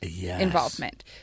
involvement